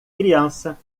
criança